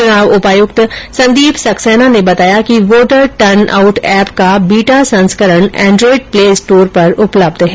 चुनाव उपायुक्त संदीप सक्सैना ने बताया कि वोटर टर्न आउट एप का बीटा संस्करण एंड्रोयड प्ले स्टोर पर उपलब्ध है